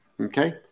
Okay